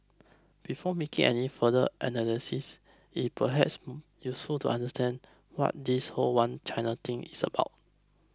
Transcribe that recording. before making any further analysis it perhaps useful to understand what this whole One China thing is about